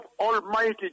Almighty